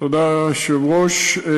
תודה ליושב-ראש.